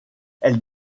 elle